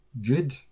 Good